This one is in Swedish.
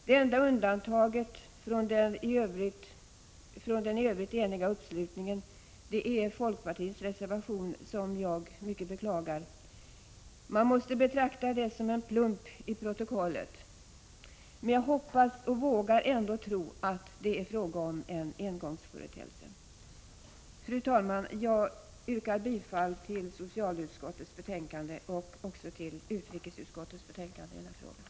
Det enda undantaget från den i övrigt eniga uppslutningen är folkpartiets reservation, som jag mycket beklagar. Man måste betrakta det som en plump i protokollet. Men jag hoppas och vågar ändå tro att det är fråga om en engångsföreteelse. Fru talman! Jag yrkar bifall till hemställan i socialutskottets betänkande och även till hemställan i utrikesutskottets betänkande i den här frågan.